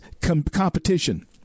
competition